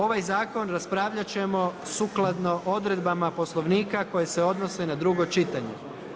Ovaj zakon raspravljat ćemo sukladno odredbama Poslovnika koje se odnose na drugo čitanje.